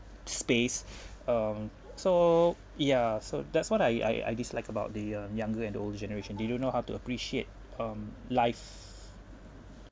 space um so yeah so that's what I I I dislike about the uh younger and older generation they don't know how to appreciate um life